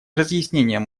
разъяснением